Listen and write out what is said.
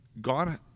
God